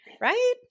right